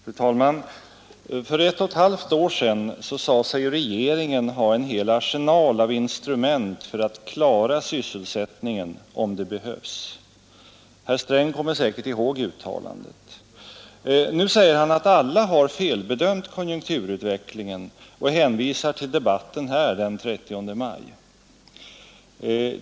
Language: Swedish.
Fru talman! För ett och ett halvt år sedan sade sig regeringen ha en hel arsenal av instrument för att klara sysselsättningen om det behövs. Herr Sträng kommer säkert ihåg uttalandet. Nu säger han att alla har felbedömt konjunkturutvecklingen, och han hänvisar till debatten här den 30 maj.